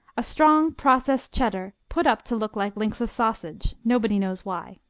a strong processed cheddar put up to look like links of sausage, nobody knows why.